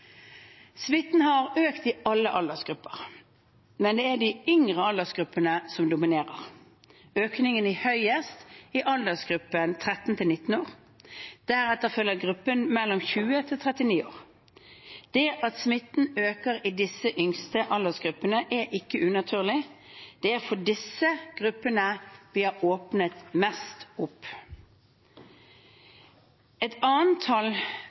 har økt i alle aldersgrupper. Men det er de yngre aldersgruppene som dominerer. Økningen er høyest i aldersgruppen 13–19 år. Deretter følger gruppen 20–39 år. Det at smitten øker i de yngre aldersgruppene, er ikke unaturlig. Det er for disse gruppene vi har åpnet mest opp. Et annet tall